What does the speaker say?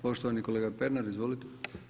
Poštovani kolega Pernar, izvolite.